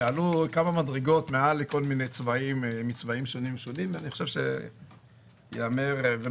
שעלו כמה מדרגות מכל צבעים מצבעים שונים וייאמר לא